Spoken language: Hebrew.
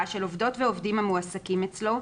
של עובדות ועובדים המועסקים אצלו,